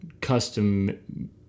custom